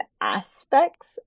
aspects